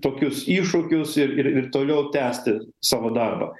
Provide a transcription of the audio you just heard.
tokius iššūkius ir ir ir toliau tęsti savo darbą